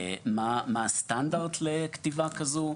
מהו הסטנדרט לכתיבה כזו?